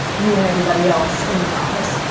you and everybody else in the office.